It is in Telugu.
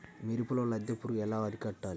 మిరపలో లద్దె పురుగు ఎలా అరికట్టాలి?